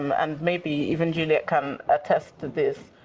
and maybe even juliet can attest to this,